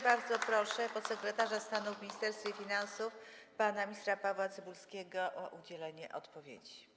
Bardzo proszę podsekretarza stanu w Ministerstwie Finansów pana ministra Pawła Cybulskiego o udzielenie odpowiedzi.